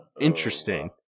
interesting